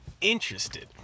interested